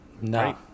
No